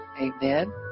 Amen